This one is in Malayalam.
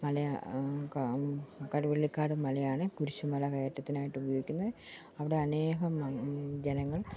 മല ക കറുവള്ളിക്കാട് മലയാണ് കുരിശ് മല കയറ്റത്തിനായിട്ട് ഉപയോഗിക്കുന്നെ അവിടെ അനേകം ജനങ്ങൾ